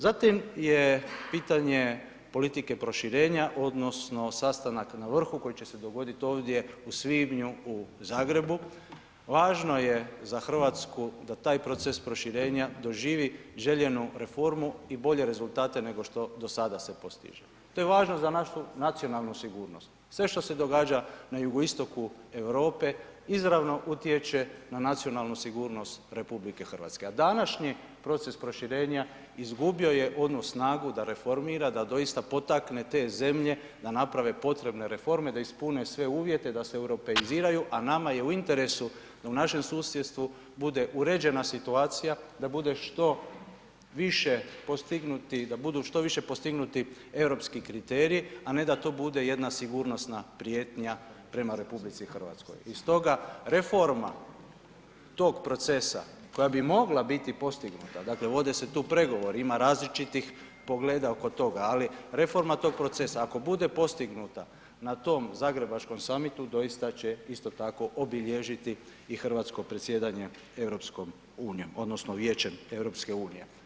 Zatim je pitanje politike proširenja odnosno sastanak na vrhu koji će se dogodit ovdje u svibnju u Zagrebu, važno je za RH da taj proces proširenja doživi željenu reformu i bolje rezultate nego što do sada se postiže, to je važno za našu nacionalnu sigurnost, sve što se događa na jugoistoku Europe izravno utječe na nacionalnu sigurnost RH, a današnji proces proširenja izgubio je onu snagu da reformira, da doista potakne te zemlje da naprave potrebne reforme, da ispune sve uvjete, da se europeiziraju, a nama je u interesu da u našem susjedstvu bude uređena situacija, da bude što više postignuti, da budu što više postignuti europski kriteriji, a ne da to bude jedna sigurnosna prijetnja prema RH i stoga reforma tog procesa koja bi mogla biti postignuta, dakle vode se tu pregovori, ima različitih pogleda oko toga, ali reforma tog procesa ako bude postignuta na tom zagrebačkom samitu doista će isto tako obilježiti i hrvatsko predsjedanje EU odnosno Vijećem EU.